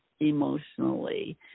emotionally